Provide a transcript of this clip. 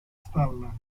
stalla